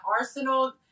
Arsenal